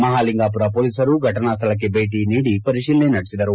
ಮಹಾಲಿಂಗಾಪುರ ಪೊಲೀಸರು ಘಟನಾ ಸ್ವಳಕ್ಕೆ ಭೇಟಿ ಪರಿಶೀಲನೆ ನಡೆಸಿದರು